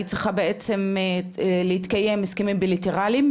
היא צריכה בעצם להתקיים הסכמים בליטרליים,